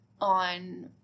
on